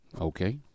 Okay